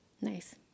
Nice